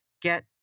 get